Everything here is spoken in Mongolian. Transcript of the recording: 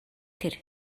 тэр